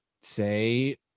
say